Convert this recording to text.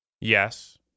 Yes